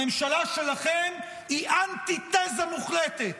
הממשלה שלכם היא אנטי-תזה מוחלטת